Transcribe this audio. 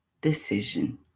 decision